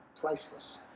priceless